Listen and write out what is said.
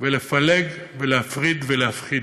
ולפלג ולהפריד ולהפחיד.